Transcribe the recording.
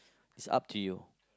is up to you